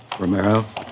Romero